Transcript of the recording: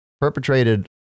perpetrated